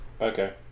Okay